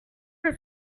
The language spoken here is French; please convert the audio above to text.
que